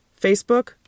Facebook